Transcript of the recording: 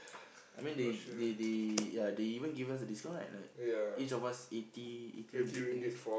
I mean they they they ya they even give us a discount right like each of us eighty eighty ringgit I guess